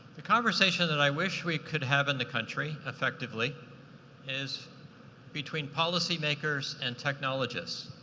the conversation that i wish we could have in the country effectively is between policy makers and technologists.